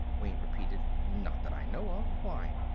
wayne repeated. not that i know of why?